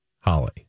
holly